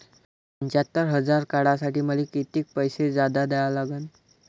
पंच्यात्तर हजार काढासाठी मले कितीक पैसे जादा द्या लागन?